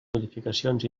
modificacions